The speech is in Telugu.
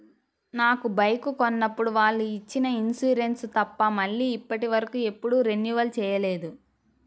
నా బైకు కొన్నప్పుడు వాళ్ళు ఇచ్చిన ఇన్సూరెన్సు తప్ప మళ్ళీ ఇప్పటివరకు ఎప్పుడూ రెన్యువల్ చేయలేదు